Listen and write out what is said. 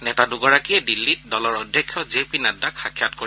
নেতা দুগৰাকীয়ে দিল্লীত দলৰ অধ্যক্ষ জে পি নাড্ডাক সাক্ষাৎ কৰিব